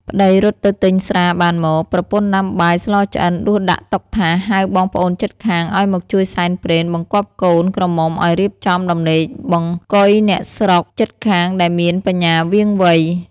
ប្ដីរត់ទៅទិញស្រាបានមក ប្រពន្ធដាំបាយស្លឆ្អិនដួសដាក់តុថាស ហៅបងប្អូនជិតខាងឱ្យមកជួយសែនព្រេន បង្គាប់កូន ក្រមុំឱ្យរៀបចំដំណេកបង្គុយអ្នកស្រុកជិតខាងដែលមានបញ្ញាវាងវៃ។